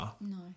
No